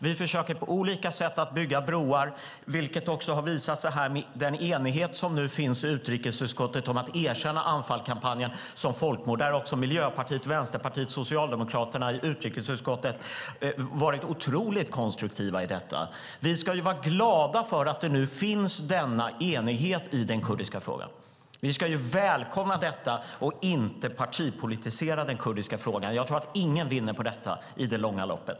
Vi försöker på olika sätt att bygga broar, vilket också har visat sig genom den enighet som nu finns i utrikesutskottet om att erkänna Anfalkampanjen som folkmord. Där har också Miljöpartiet, Vänsterpartiet och Socialdemokraterna i utrikesutskottet varit otroligt konstruktiva. Vi ska vara glada för att denna enighet finns i den kurdiska frågan. Vi ska välkomna detta och inte partipolitisera den kurdiska frågan. Jag tror inte någon vinner på det i det långa loppet.